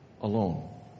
alone